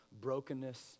brokenness